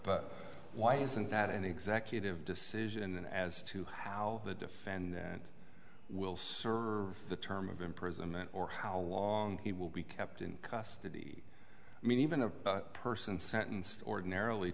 but why isn't that an executive decision as to how the defend will soar the term of imprisonment or how long he will be kept in custody i mean even a person sentenced ordinarily